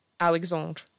Alexandre